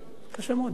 קשה מאוד, אי-אפשר.